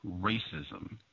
racism